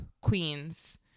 queens